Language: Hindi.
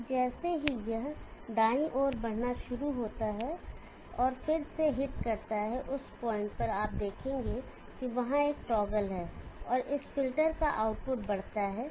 तो जैसे ही यह दाईं ओर बढ़ना शुरू होता है फिर से हिट करता है उस पॉइंट पर आप देखेंगे कि वहां एक टॉगल है और इस फ़िल्टर का आउटपुट बढ़ता है